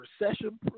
recession